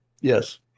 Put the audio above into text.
Yes